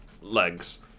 legs